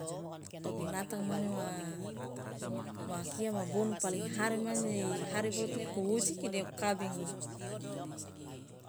obinatang mane makia ma bounu paling ihare mane dei ihare boloto mane kuujiki deo kabingi.